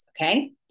okay